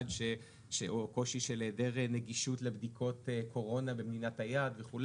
או קושי של היעדר נגישות לבדיקות קורונה במדינת היעד וכו',